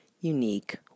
unique